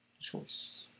choice